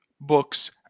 books